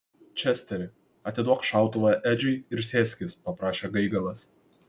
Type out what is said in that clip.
česteri atiduok šautuvą edžiui ir sėskis paprašė gaigalas